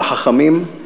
של החכמים,